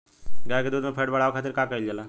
गाय के दूध में फैट बढ़ावे खातिर का कइल जाला?